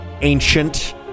ancient